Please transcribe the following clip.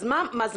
אז מה עדיף?